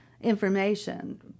information